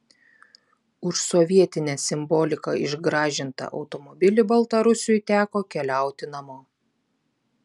už sovietine simbolika išgražintą automobilį baltarusiui teko keliauti namo